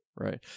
Right